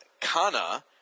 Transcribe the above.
Kana